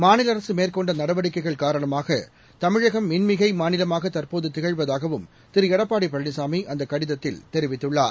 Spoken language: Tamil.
மாநிலஅரசுமேற்கொண்டநடவடிக்கைகள் காரணமாகதமிழகம் மின்மிகைமாநிலமாகதற்போதுதிகழ்வதாகவும் திருளடப்பாடிபழனிசாமிஅந்தகடிதத்தில் தெரிவித்துள்ளார்